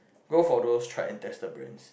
go for those tried and tested brands